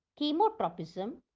chemotropism